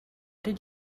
did